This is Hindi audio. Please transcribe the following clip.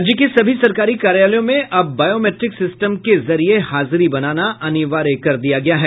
राज्य के सभी सरकारी कार्यालयों में अब बायोमेट्रिक सिस्टम के जरिये हाजिरी बनाना अनिवार्य कर दिया गया है